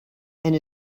and